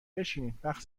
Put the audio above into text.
بشینین، وقت